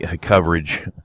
coverage